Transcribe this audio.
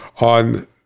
on